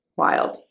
wild